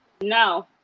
No